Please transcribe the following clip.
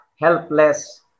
helpless